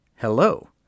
Hello